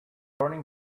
turning